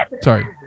Sorry